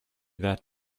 that